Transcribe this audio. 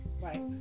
Right